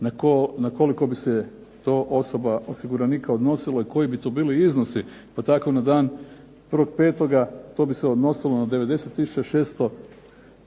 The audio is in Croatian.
na koliko bi se to osoba osiguranika odnosilo i koji bi to bili iznosi, pa tako na dan 1.5. to bi se odnosilo na 90564